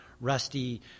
Rusty